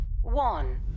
one